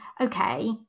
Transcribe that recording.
okay